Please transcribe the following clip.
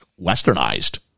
westernized